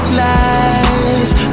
lies